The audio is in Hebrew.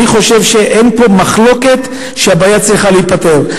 אני חושב שאין פה מחלוקת שהבעיה צריכה להיפתר.